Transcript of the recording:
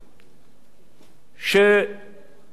שאמרו: במידה שתפרוץ מלחמה,